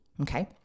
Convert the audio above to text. Okay